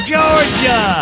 Georgia